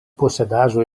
posedaĵo